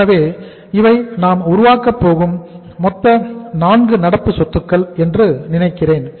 எனவே இவை நாம் உருவாக்கப் போகும் மொத்த 4 நடப்பு சொத்துக்கள் என்று நினைக்கிறேன்